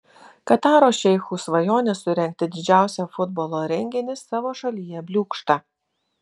kataro šeichų svajonė surengti didžiausią futbolo renginį savo šalyje bliūkšta